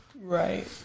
Right